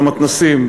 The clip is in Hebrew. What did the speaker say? במתנ"סים,